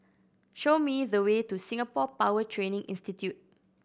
show me the way to Singapore Power Training Institute